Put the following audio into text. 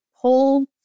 pull